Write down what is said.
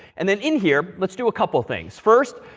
and then, in here let's do a couple of things. first,